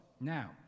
Now